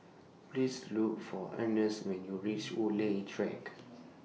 Please Look For Ernest when YOU REACH Woodleigh Track